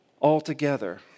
altogether